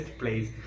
place